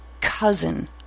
Cousin